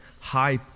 high